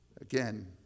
Again